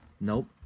Nope